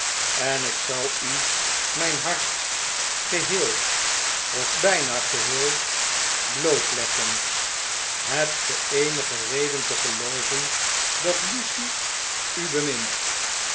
en ik zal u mijn hart geheel of bijnageheel blootleggen hebtge eenige reden te gelooven dat lucie u bemint